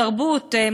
תרבות,